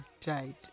died